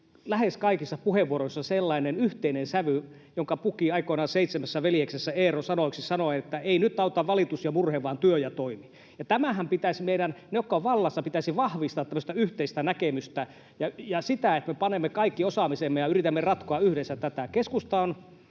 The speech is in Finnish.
lähes kaikissa puheenvuoroissa sellainen yhteinen sävy, jonka puki aikoinaan Seitsemässä veljeksessä Eero sanoiksi sanoen, että ei nyt auta valitus ja murhe vaan työ ja toimi, ja tätähän pitäisi meidän, niiden, jotka ovat vallassa, vahvistaa, tämmöistä yhteistä näkemystä ja sitä, että me panemme kaikki osaamisemme ja yritämme ratkoa yhdessä tätä. Keskusta